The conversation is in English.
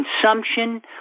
consumption